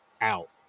out